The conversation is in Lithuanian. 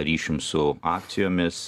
ryšium su akcijomis